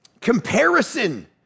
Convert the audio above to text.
Comparison